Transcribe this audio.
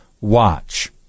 watch